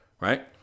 right